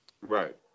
Right